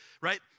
right